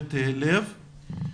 תשומת לב.